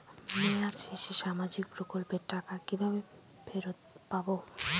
মেয়াদ শেষে সামাজিক প্রকল্পের টাকা কিভাবে ফেরত পাবো?